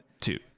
two